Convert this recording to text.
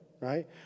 Right